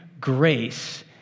grace